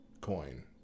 coin